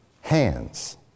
hands